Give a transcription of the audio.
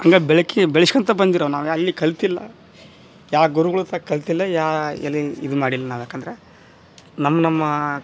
ಹಂಗ ಬೆಳ್ಕಿ ಬೆಳ್ಶ್ಕಳ್ತಾ ಬಂದಿರೊ ನಾವು ಎಲ್ಲಿ ಕಲ್ತಿಲ್ಲ ಯಾವ ಗುರುಗಳ ಹತ್ರ ಕಲ್ತಿಲ್ಲ ಯಾ ಎಲ್ಲಿ ಇದು ಮಾಡಿಲ್ಲ ನಾವು ಯಾಕಂದರೆ ನಮ್ ನಮ್ಮ